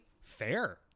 Fair